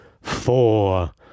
four